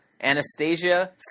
Anastasia